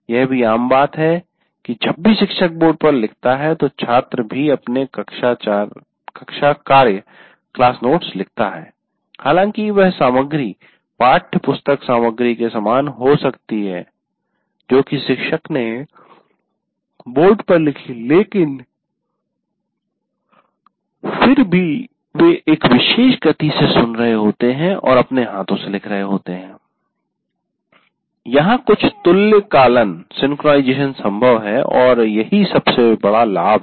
यह भी आम बात यह है कि जब भी शिक्षक बोर्ड पर लिखता है तो छात्र भी अपने कक्षा कार्य क्लास नोट्स लिखता है हालांकि वह सामग्री पाठ्य पुस्तक सामग्री के समान हो सकती है जो की शिक्षक ने बोर्ड पर लिखी है लेकिन फिर भी वे एक विशेष गति से सुन रहे होते हैं और अपने हाथों से लिख रहे होते हैं यहाँ कुछ तुल्यकालन संभव है और यही सबसे बड़ा लाभ है